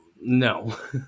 No